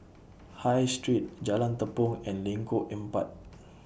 High Street Jalan Tepong and Lengkok Empat